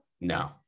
no